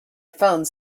phone